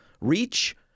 reach